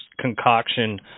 concoction